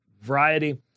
variety